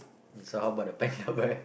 so how about the panda bear